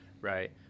right